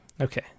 Okay